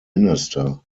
minister